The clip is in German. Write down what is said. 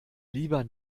lieber